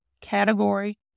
category